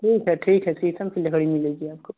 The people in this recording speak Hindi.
ठीक है ठीक है शीशम की लकड़ी मिलेगी आपको